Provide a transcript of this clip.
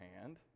hand